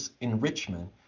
enrichment